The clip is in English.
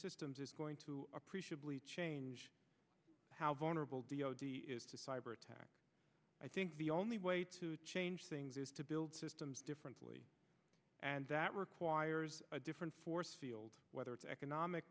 systems is going to appreciably change how vulnerable d o d is to cyber attacks i think the only way to change things is to build systems differently and that requires a different force field whether it's economic